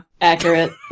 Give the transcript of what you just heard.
accurate